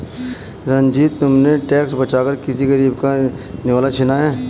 रंजित, तुमने टैक्स बचाकर किसी गरीब का निवाला छीना है